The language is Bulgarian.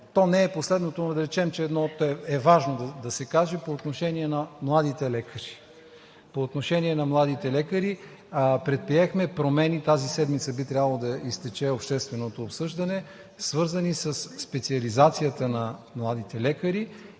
то не е последното, но да речем, че е важно да се каже, по отношение на младите лекари. По отношение на младите лекари, предприехме промени – тази седмица би трябвало да изтече общественото обсъждане, свързани със специализацията на младите лекари